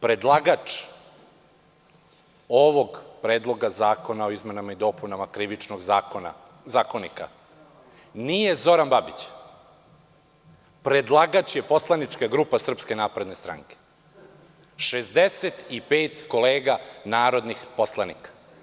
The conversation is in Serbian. Predlagač ovog Predloga zakona o izmenama i dopunama Krivičnog zakonika nije Zoran Babić, predlagač je poslanička grupa SNS, 65 kolega narodnih poslanika.